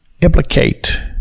implicate